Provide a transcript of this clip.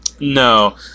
No